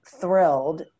thrilled